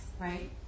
right